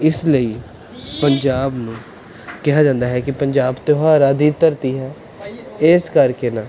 ਇਸ ਲਈ ਪੰਜਾਬ ਨੂੰ ਕਿਹਾ ਜਾਂਦਾ ਹੈ ਕਿ ਪੰਜਾਬ ਤਿਉਹਾਰਾਂ ਦੀ ਧਰਤੀ ਹੈ ਇਸ ਕਰਕੇ ਨਾ